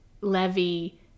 Levy